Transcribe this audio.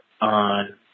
on